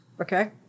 Okay